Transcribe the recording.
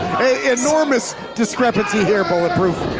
enormous discrepancy here bulletproof!